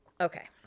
okay